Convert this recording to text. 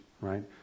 right